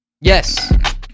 yes